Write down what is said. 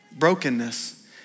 brokenness